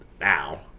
now